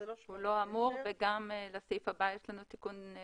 גם לסעיף הבא יש לנו תיקון.